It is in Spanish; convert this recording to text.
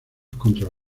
contra